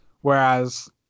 Whereas